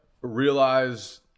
realize